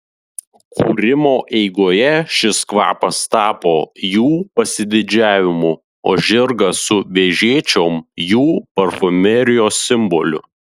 kūrimo eigoje šis kvapas tapo jų pasididžiavimu o žirgas su vežėčiom jų parfumerijos simboliu